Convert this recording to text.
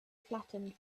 flattened